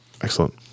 Excellent